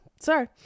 Sorry